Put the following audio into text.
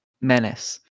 menace